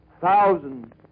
thousands